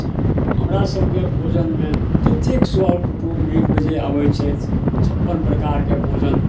अच्छा हमरासभके भोजनमे जतेक सर कुटुम नीक बेजाए आबै छथि छप्पन प्रकारके भोजन